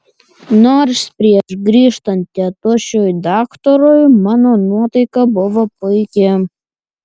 nors prieš grįžtant tėtušiui daktarui mano nuotaika buvo puiki